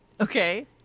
Okay